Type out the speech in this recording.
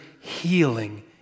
healing